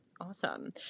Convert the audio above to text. Awesome